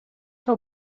how